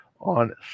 on